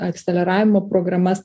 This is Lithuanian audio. akceleravimo programas